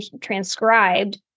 transcribed